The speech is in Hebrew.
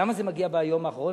למה זה מגיע ביום האחרון.